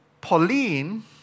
Pauline